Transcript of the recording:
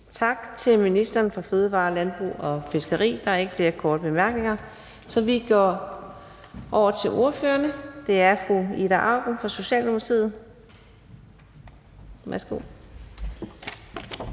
Tak til ministeren for fødevarer, landbrug og fiskeri. Der er ikke flere korte bemærkninger, så vi går over til ordførerne. Det er fru Ida Auken fra Socialdemokratiet.